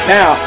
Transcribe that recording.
Now